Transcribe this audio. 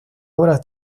obras